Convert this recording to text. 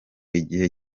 igihe